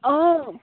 অঁ